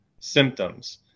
symptoms